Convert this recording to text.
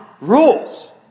rules